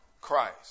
Christ